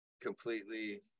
completely